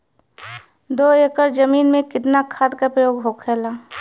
दो एकड़ जमीन में कितना खाद के प्रयोग होखेला?